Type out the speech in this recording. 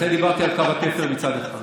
לכן דיברתי על קו התפר מצד אחד.